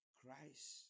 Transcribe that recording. Christ